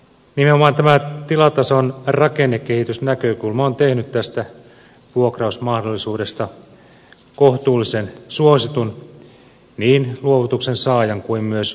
nimenomaan tämä tilatason rakennekehitys näkökulma on tehnyt tästä vuokrausmahdollisuudesta kohtuullisen suositun niin luovutuksen saajien kuin myös luopujien keskuudessa